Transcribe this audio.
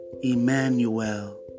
Emmanuel